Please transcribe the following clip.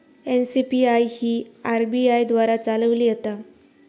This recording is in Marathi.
एन.सी.पी.आय ही आर.बी.आय द्वारा चालवली जाता